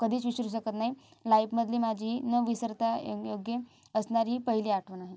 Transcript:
कधीच विसरू शकत नाही लाइफमधली माझी न विसरता य येग्य असणारी पहिली आठवण आहे